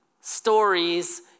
stories